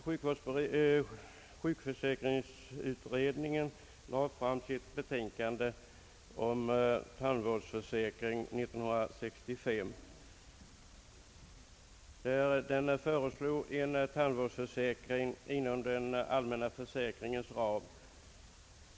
Sjukförsäkringsutredningen lade i sitt betänkande 1965 fram förslag om en tandvårdsförsäkring inom den allmänna försäkringens ram.